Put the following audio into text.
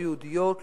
לא יהודיות,